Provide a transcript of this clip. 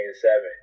seven